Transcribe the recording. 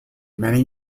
many